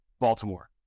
Baltimore